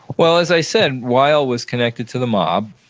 well, as i said, weill was connected to the mob,